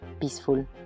peaceful